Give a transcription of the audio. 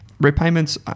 repayments